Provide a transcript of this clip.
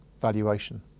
valuation